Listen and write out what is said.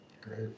Great